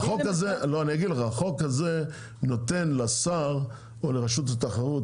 החוק הזה נותן לשר או לרשות התחרות,